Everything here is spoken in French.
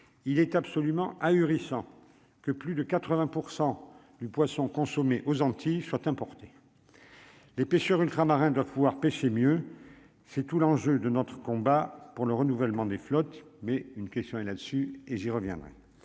il est absolument ahurissant que plus de 80 pour 100 du poisson consommé aux Antilles furent importées. Les pêcheurs ultramarins doivent pouvoir pêcher mieux c'est tout l'enjeu de notre combat pour le renouvellement des flottes, mais une question, et là-dessus, et j'y reviendrai